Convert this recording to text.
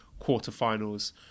quarterfinals